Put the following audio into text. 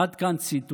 עד כאן ציטוט.